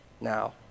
now